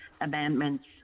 amendments